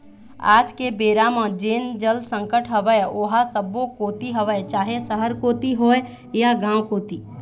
आज के बेरा म जेन जल संकट हवय ओहा सब्बो कोती हवय चाहे सहर कोती होय या गाँव कोती